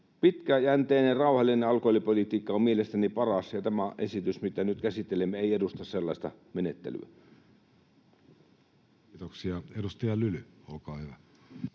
Pitkäjänteinen, rauhallinen alkoholipolitiikka on mielestäni paras, ja tämä esitys, mitä nyt käsittelemme, ei edusta sellaista menettelyä. Kiitoksia. — Edustaja Lyly, olkaa hyvä.